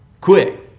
Quick